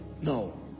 No